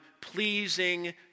pleasing